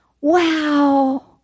Wow